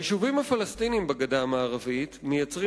היישובים הפלסטיניים בגדה המערבית מייצרים